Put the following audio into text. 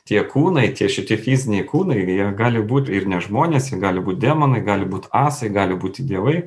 tie kūnai tie šitie fiziniai kūnai jie gali būt ir ne žmonės jie gali būt demonai gali būt asai gali būti dievai